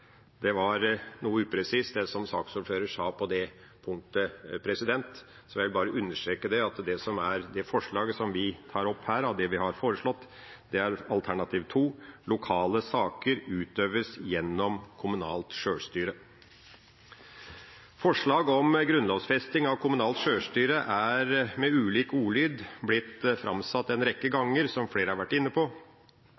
Det som saksordføreren sa på det punktet, var noe upresist, så jeg vil bare understreke at det forslaget som vi tar opp her av det vi har foreslått, er alternativ 2: «Lokale saker utøves gjennom kommunalt selvstyre.» Forslag om grunnlovfesting av kommunalt sjølstyre er, med ulik ordlyd, blitt framsatt en rekke